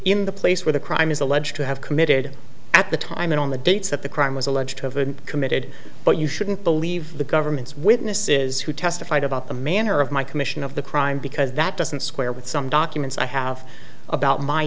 in the place where the crime is alleged to have committed at the time and on the dates that the crime was alleged to have been committed but you shouldn't believe the government's witnesses who testified about the manner of my commission of the crime because that doesn't square with some documents i have about my